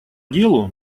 делу